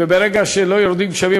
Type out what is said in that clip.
וברגע שלא יורדים גשמים,